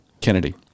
Kennedy